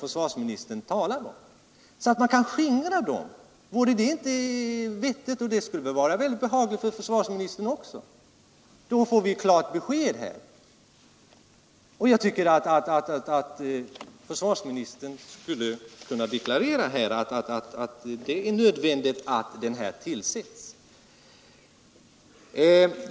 Det skulle väl vara väldigt behagligt för försvarsministern också. Då skulle vi få klart besked. Jag tycker att försvarsministern här skall deklarera att det är nödvändigt att kommissionen tillsättes.